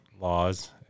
laws